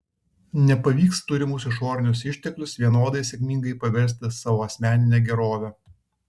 nepavyks turimus išorinius išteklius vienodai sėkmingai paversti savo asmenine gerove